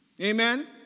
Amen